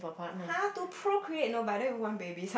!huh! to procreate no but I don't even want babies